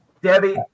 Debbie